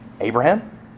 Abraham